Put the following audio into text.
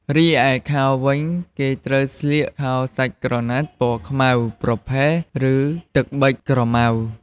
រីឯខោវិញ គេត្រូវស្លៀកខោសាច់ក្រណាត់ពណ៌ខ្មៅ ប្រផេះ ឬ ទឹកប៊ិចក្រមៅ។